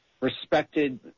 respected